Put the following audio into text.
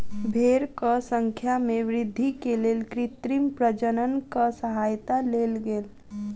भेड़क संख्या में वृद्धि के लेल कृत्रिम प्रजननक सहयता लेल गेल